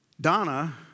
Donna